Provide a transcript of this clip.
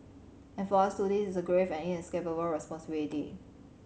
and for us too this is a grave and inescapable responsibility